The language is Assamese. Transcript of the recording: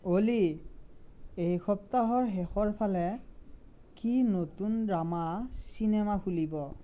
অ'লি এই সপ্তাহৰ শেষৰফালে কি নতুন ড্ৰামা চিনেমা খুলিব